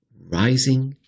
Rising